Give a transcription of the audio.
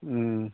ꯎꯝ